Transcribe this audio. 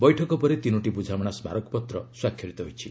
ବୈଠକ ପରେ ତିନୋଟି ବୁଝାମଣା ସ୍କାରକପତ୍ର ସ୍ୱାକ୍ଷରିତ ହୋଇଛି